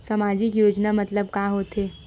सामजिक योजना मतलब का होथे?